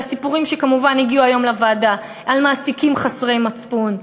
אבל הסיפורים שהגיעו היום לוועדה הם כמובן על מעסיקים חסרי מצפון,